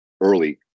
early